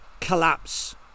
collapse